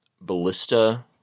Ballista